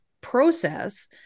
process